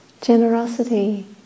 Generosity